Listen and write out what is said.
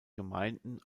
gemeinden